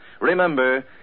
Remember